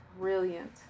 brilliant